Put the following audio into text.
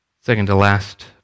second-to-last